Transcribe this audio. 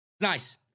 Nice